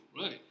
right